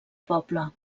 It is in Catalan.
poble